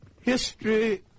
History